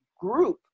group